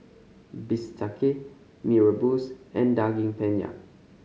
bistake Mee Rebus and Daging Penyet